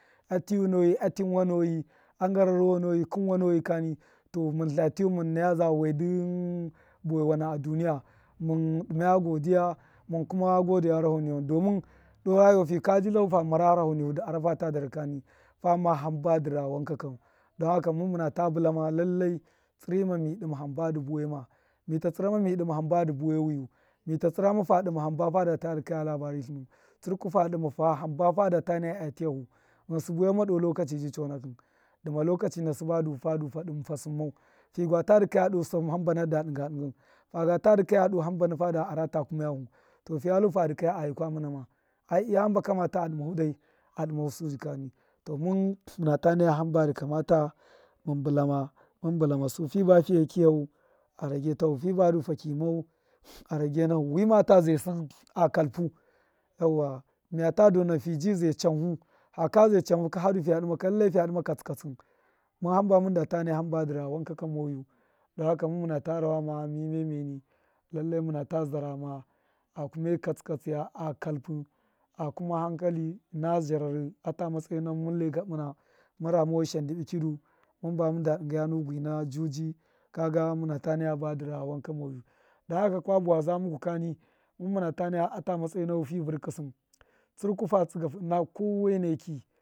A tiyunoyi a tinwanoyi a ngararowanoyi a kṫnwunoyi kani to mun lta tiyiwun mun naya zda, wedṫ bawai wana duniya mun dimaya godiya mun kume gode gharahau niwan domun doo rayuwa faka ltahu fa mara gharahau nihu dṫ arafa ta darhi kani fama hamba dṫ ra wankakau, adama wanka muna ta tulama lallai tsṫrṫma mi dṫma hṫmba dṫ buwei ma, mita tsṫra ma mi dṫma himba dṫ buwai wiyu, mita dṫma himba mida ta dṫkaya labariyu, tsṫrku fa dṫma hamba fada ta naya a tiyuhu, ghṫnsṫ buwai, ma doo lokachi ji chenakṫn dṫma lokachi ba kwahiyu sṫnaku, faga ta dukaya doo hṫmbana da diṫngai dṫngi faga ta dṫkaya doo himbana ara kumai, to ciya lu fa dukaya yikwa muna ma ai iya hamba mbṫna dṫ dṫma ka a dṫn sai to, mun muna ta naya himba mbṫna bṫlama mun bṫlamu sai, fṫ ba fiye kṫyau a rage ta hu fi ba fa ki mau a rage tahu, wimata zai sṫn a kalpu, yauwa miya ta dona fa ji, zai chanhu, haka zai chanhu fad fiya dima ka lallai fiya dṫma katsṫ katsṫ, mun muna ta naya hamba dṫ ra wanka ka moyu, a dama wanka miya miyeni muna ta rawama a kumai katsṫ katsṫ a hankali ṫna zhararṫ, gta matsayi na mun lai gabṫna mun ramu washashan dṫbṫ kṫdu, mun bana dṫngaya nu gwina juji, kaga muna ta na himba dṫ ra wanka moyu, a dame wanka kabi bawaza muku kani, mun muna ta naya a matsayi nahu fi vṫrkṫ sṫn, tsṫrku fa tsṫga fu ṫna kowainekṫ.